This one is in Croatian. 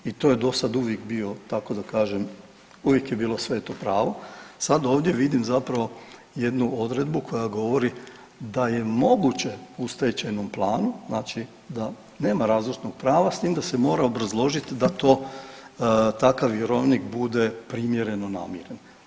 I to je dosada uvijek bio tako da kažem uvijek je bilo sveto pravo, sad ovdje vidim zapravo jednu odredbu koja govori da je moguće u stečajnom planu, znači da nema razlučnog prava s tim da se mora obrazložiti da to takav vjerovnik bude primjereno namiren.